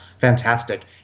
fantastic